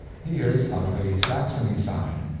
he is of the saxony side.